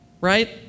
right